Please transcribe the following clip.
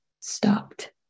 stopped